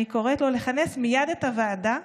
אני קוראת לו לכנס מייד את הוועדה,